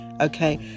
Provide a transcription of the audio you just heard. okay